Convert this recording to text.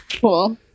Cool